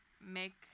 make